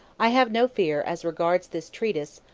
i have no fear, as regards this treatise,